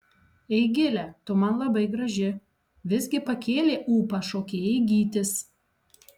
eigile tu man labai graži visgi pakėlė ūpą šokėjai gytis